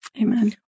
Amen